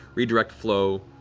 redirect flow,